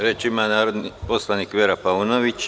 Reč ima narodni poslanik Vera Paunović.